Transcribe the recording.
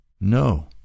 No